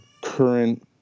current